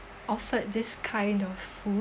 offered this kind of food